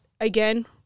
again